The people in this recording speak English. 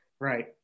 Right